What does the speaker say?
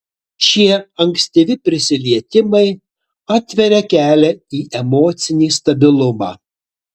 šie ankstyvi prisilietimai atveria kelią į emocinį stabilumą